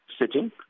sitting